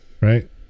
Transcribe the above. right